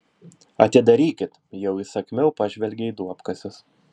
atidarykit jau įsakmiau pažvelgė į duobkasius